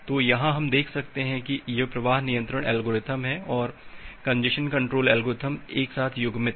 तो यहाँ हम देख सकते हैं कि यह प्रवाह नियंत्रण एल्गोरिथ्म है और कंजेस्शन कंट्रोल एल्गोरिदम एक साथ युग्मित हैं